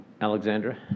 Alexandra